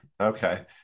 okay